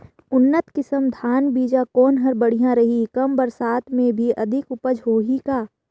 उन्नत किसम धान बीजा कौन हर बढ़िया रही? कम बरसात मे भी अधिक उपज होही का?